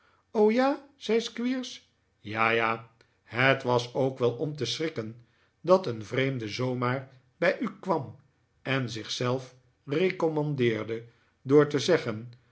ja zei squeers ja ja het was ook wel om te schrikken dat een vreemde zoo maar bij u kwam en zich zelf recommandeerde door te zeggen